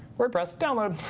wordpress download.